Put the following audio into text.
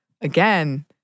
again